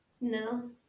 No